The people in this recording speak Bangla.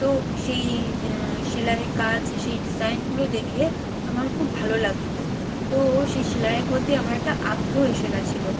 তো সেই সেলাইয়ের কাজ সেই ডিজাইনগুলো দেখে আমার খুব ভালো লাগতো তো সেই সেলাইয়ের প্রতি আমার একটা আগ্রহ এসে গেছিল